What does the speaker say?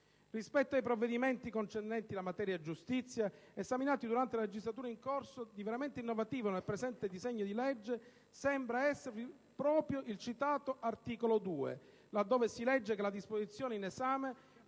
Rispetto ai provvedimenti concernenti la materia giustizia, esaminati durante la legislatura in corso, di veramente innovativo nel presente disegno di legge sembra esservi proprio il citato articolo 2, laddove si legge che la disposizione in esame